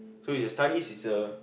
so your studies is a